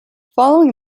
following